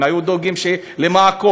אם היו דואגים למעקות,